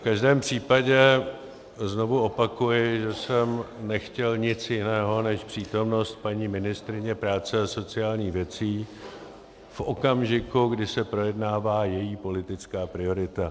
V každém případě znovu opakuji, že jsem nechtěl nic jiného než přítomnost paní ministryně práce a sociálních věcí v okamžiku, kdy se projednává její politická priorita.